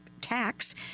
tax